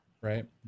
right